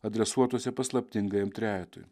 adresuotuose paslaptingajam trejetui